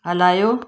हलायो